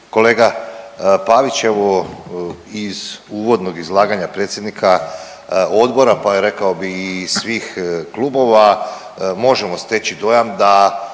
kolega Pavić, evo iz uvodnog izlaganja predsjednika Odbora pa rekao bih i svih klubova možemo steći dojam da